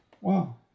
Wow